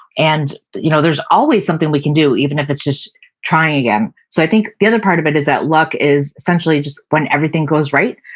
and you know there's always something we can do even if it's just trying again so i think the other part of it is luck is essentially just when everything goes right.